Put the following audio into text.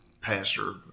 pastor